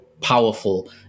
powerful